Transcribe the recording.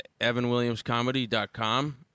evanwilliamscomedy.com